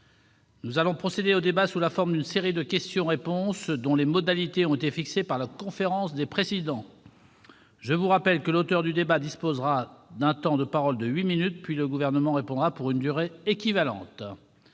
Nous allons procéder au débat sous la forme d'une série de questions-réponses dont les modalités ont été fixées par la conférence des présidents. Je rappelle que l'auteur de la demande du débat dispose d'un temps de parole de huit minutes, puis le Gouvernement répond pour une durée équivalente.